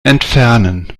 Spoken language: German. entfernen